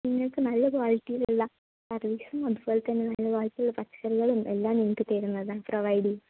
നിങ്ങൾക്ക് നല്ല ക്വാളിറ്റിയിലുള്ള സർവ്വീസും അതുപോലെതന്നെ നല്ല ക്വാളിറ്റി ഉള്ള പച്ചക്കറികളും എല്ലാം നിങ്ങൾക്ക് തരുന്നതാണ് പ്രോവൈഡ് ചെയ്യും